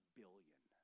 billion